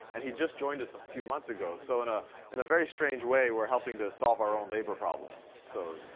and he just joined us a few months ago. so in ah and a very strange way, we're helping to solve our own labor problems. so,